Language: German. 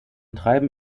treiben